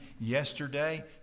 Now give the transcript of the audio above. yesterday